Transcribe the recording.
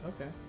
Okay